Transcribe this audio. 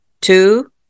two